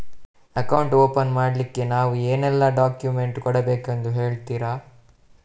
Account open ಮಾಡ್ಲಿಕ್ಕೆ ನಾವು ಏನೆಲ್ಲ ಡಾಕ್ಯುಮೆಂಟ್ ಕೊಡಬೇಕೆಂದು ಹೇಳ್ತಿರಾ?